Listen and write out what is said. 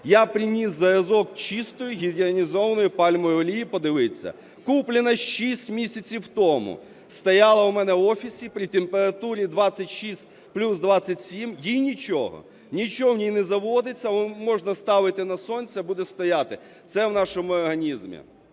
я приніс зразок чистої гідрогенізованої пальмової олії подивитися. Куплена 6 місяців тому. Стояла у мене в офісі при температурі 26, плюс 27, їй нічого, нічого в ній не заводиться, можна ставити на сонці і буде стояти. Це в нашому організмі.